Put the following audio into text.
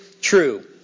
true